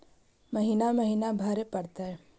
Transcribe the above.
महिना महिना भरे परतैय?